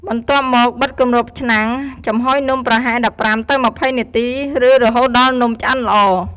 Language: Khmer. បន្ទាប់មក បិទគម្របឆ្នាំង ចំហុយនំប្រហែល ១៥ ទៅ ២០ នាទី ឬរហូតដល់នំឆ្អិនល្អ។